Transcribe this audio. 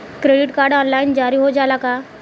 Credit card online जारी हो जाला का?